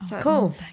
cool